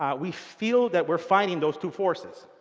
um we feel that we're fighting those two forces.